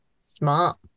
smart